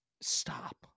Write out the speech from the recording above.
Stop